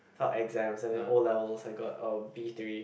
for exam and then O-levels I got oh B-three